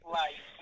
life